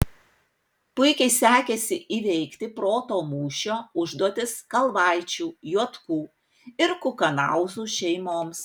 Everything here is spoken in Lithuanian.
puikiai sekėsi įveikti proto mūšio užduotis kalvaičių juotkų ir kukanauzų šeimoms